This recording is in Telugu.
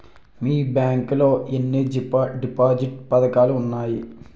మీ బ్యాంక్ లో ఎన్ని డిపాజిట్ పథకాలు ఉన్నాయి?